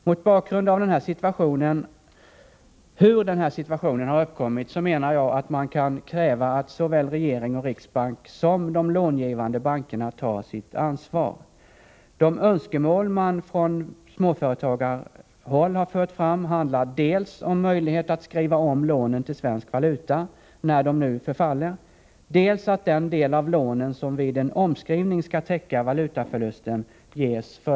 Mot bakgrund av hur den här situationen har uppkommit menar jag att man kan kräva att såväl regering och riksbank som de lånegivande bankerna tar sitt ansvar. De önskemål som man från småföretagarhåll har fört fram handlar dels om en möjlighet att skriva om lånen till svensk valuta, när de nu förfaller, dels om fördelaktiga villkor för den del av lånen som vid en omskrivning skall täcka valutaförlusten.